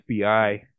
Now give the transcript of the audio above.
FBI